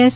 S